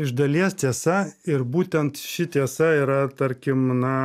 iš dalies tiesa ir būtent ši tiesa yra tarkim na